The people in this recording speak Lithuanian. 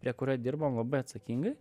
prie kurio dirbom labai atsakingai